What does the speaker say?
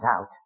out